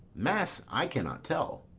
mass, i cannot tell.